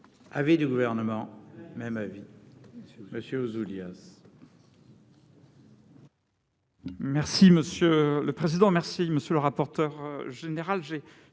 l'avis du Gouvernement ? Même avis. Monsieur Ouzoulias,